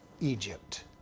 Egypt